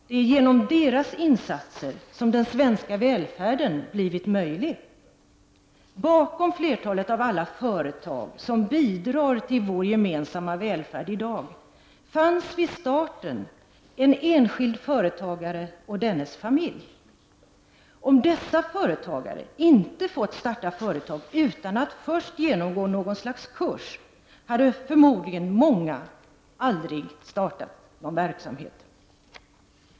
Det är genom deras insatser som den svenska välfärden blivit möjlig. Bakom flertalet företag som bidrar till vår gemensamma välfärd i dag fanns vid starten bara en enskild företagare och dennes familj. Om dessa företagare inte fått starta företag utan att först ha genomgått något slags kurs, hade förmodligen många aldrig startat någon verksamhet.